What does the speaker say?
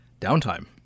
downtime